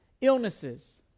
illnesses